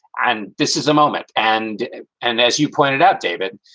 and this is a moment. and and as you pointed out, david,